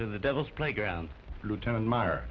to the devil's playground lieutenant meyer